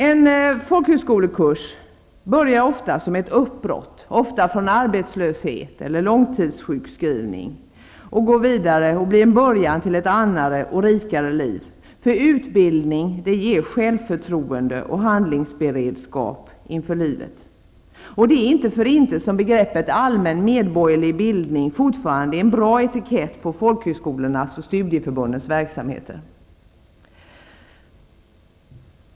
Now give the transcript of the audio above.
En folkhögskolekurs börjar ofta som ett uppbrott, från arbetslöshet eller långtidssjukskrivning, och blir en början till ett annat och rikare liv. Utbildning ger självförtroende och handlingsberedskap inför livet. Det är inte för inte som begreppet allmän medborgerlig bildning fortfarande är en bra etikett på folkhögskolornas och studieförbundens verksamheter.